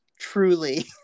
truly